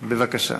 בבקשה,